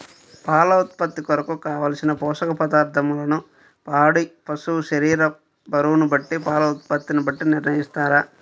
పాల ఉత్పత్తి కొరకు, కావలసిన పోషక పదార్ధములను పాడి పశువు శరీర బరువును బట్టి పాల ఉత్పత్తిని బట్టి నిర్ణయిస్తారా?